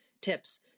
tips